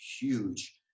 huge